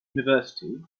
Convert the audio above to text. university